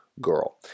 girl